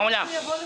מעולם.